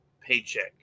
paycheck